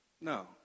No